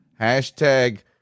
Hashtag